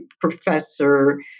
professor